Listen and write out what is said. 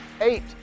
eight